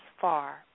far